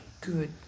Good